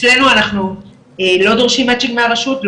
אצלנו אנחנו לא דורשים מצ'ינג מהרשות,